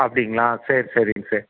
அப்படிங்களா சரி சரிங்க சார்